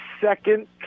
second